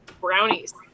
Brownies